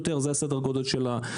או יותר זה הסדר גודל של המוצרים.